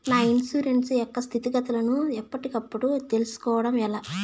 నా ఇన్సూరెన్సు యొక్క స్థితిగతులను గతులను ఎప్పటికప్పుడు కప్పుడు తెలుస్కోవడం ఎలా?